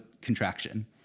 contraction